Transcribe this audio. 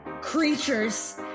creatures